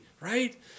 right